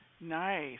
nice